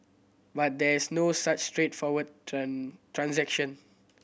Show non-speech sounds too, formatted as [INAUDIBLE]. but there's no such straightforward [UNINTELLIGIBLE] transaction